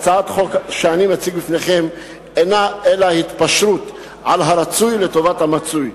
הצעת החוק שאני מציג בפניכם אינה אלא התפשרות על הרצוי לטובת המצוי,